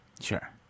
Sure